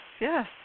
yes